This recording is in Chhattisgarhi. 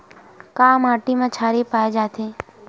का माटी मा क्षारीय पाए जाथे?